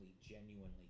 genuinely